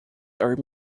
are